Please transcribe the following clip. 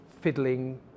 fiddling